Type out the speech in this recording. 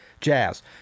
jazz